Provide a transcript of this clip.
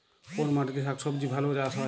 কোন মাটিতে শাকসবজী ভালো চাষ হয়?